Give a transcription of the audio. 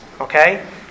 okay